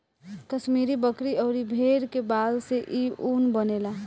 कश्मीरी बकरी अउरी भेड़ के बाल से इ ऊन बनेला